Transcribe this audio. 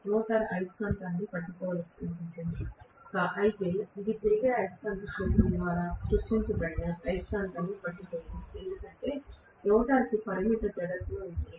rotor అయస్కాంతాన్ని పట్టుకోవాలనుకుంటుంది అయితే ఇది తిరిగే అయస్కాంత క్షేత్రం ద్వారా సృష్టించబడిన అయస్కాంతాన్ని పట్టుకోదు ఎందుకంటే రోటర్కు పరిమిత జడత్వం ఉంది